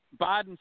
Biden